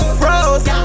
froze